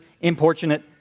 importunate